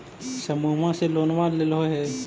समुहवा से लोनवा लेलहो हे?